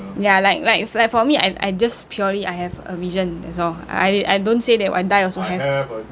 ya like like like for me I I just purely I have a vision that's all I I don't say that I die also have